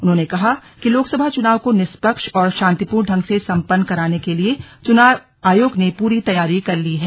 उन्होंने कहा कि लोकसभा चुनावो को निष्पक्ष और शांतिपूर्ण ढंग से सम्पन्न कराने के लिए चुनाव आयोग ने पूरी तैयारी कर ली है